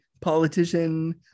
politician